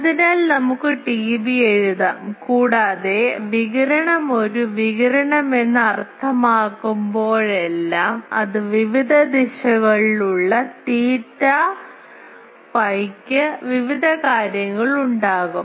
അതിനാൽ നമുക്ക് ടിബി എഴുതാം കൂടാതെ വികിരണം ഒരു വികിരണം എന്ന് അർത്ഥമാകുമ്പോഴെല്ലാം അത് വിവിധ ദിശകളിലുള്ള തീറ്റ ഫൈയ്ക്ക് വിവിധ കാര്യങ്ങളുണ്ടാകും